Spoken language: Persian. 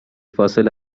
فاصله